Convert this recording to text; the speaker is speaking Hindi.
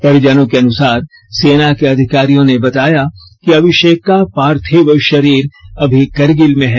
परिजनों के अनुसार सेना के अधिकारियों ने बताया कि अभिशेक का पार्थिव भारीर अमी करगिल में है